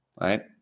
right